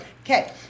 Okay